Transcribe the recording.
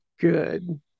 good